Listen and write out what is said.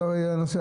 הנושא.